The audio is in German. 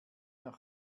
noch